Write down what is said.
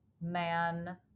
man